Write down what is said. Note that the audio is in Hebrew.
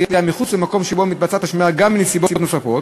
ירייה מחוץ למקום שבו מתבצעת השמירה גם בנסיבות נוספות,